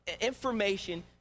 information